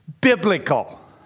Biblical